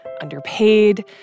underpaid